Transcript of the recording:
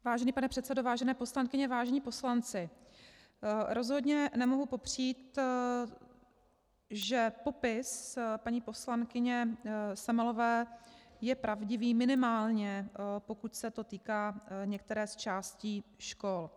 Vážený pane předsedo, vážené poslankyně, vážení poslanci, rozhodně nemohu popřít, že popis paní poslankyně Semelové je pravdivý, minimálně pokud se to týká některé z částí škol.